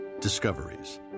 Discoveries